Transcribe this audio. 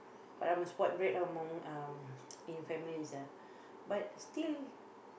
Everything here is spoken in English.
but I'm a spoiled brat among in family lah but still